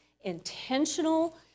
intentional